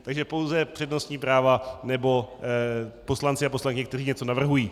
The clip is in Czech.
Takže pouze přednostní práva nebo poslanci a poslankyně, kteří něco navrhují.